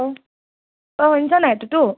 অই শুনিছ নাই টুটু